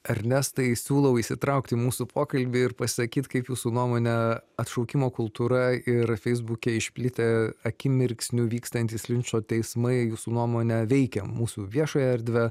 ernestai siūlau įsitraukti į mūsų pokalbį ir pasakyt kaip jūsų nuomone atšaukimo kultūra ir feisbuke išplitę akimirksniu vykstantys linčo teismai jūsų nuomone veikia mūsų viešąją erdvę